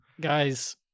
guys